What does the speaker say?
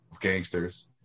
gangsters